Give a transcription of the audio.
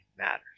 matters